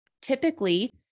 Typically